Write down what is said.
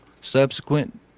subsequent